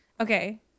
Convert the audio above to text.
okay